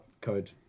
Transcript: code